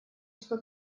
что